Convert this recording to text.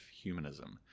humanism